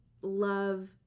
love